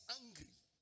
angry